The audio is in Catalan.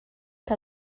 que